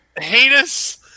heinous